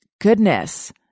Goodness